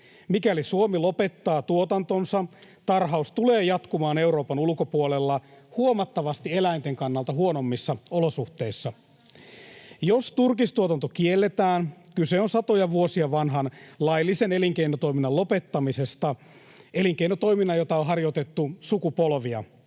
Mikäli Suomi lopettaa tuotantonsa, tarhaus tulee jatkumaan Euroopan ulkopuolella huomattavasti eläinten kannalta huonommissa olosuhteissa. Jos turkistuotanto kielletään, kyse on satoja vuosia vanhan laillisen elinkeinotoiminnan lopettamisesta — elinkeinotoiminnan, jota on harjoitettu sukupolvia.